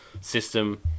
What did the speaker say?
system